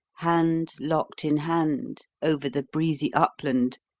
hand locked in hand, over the breezy upland,